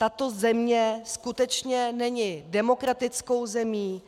Tato země skutečně není demokratickou zemí.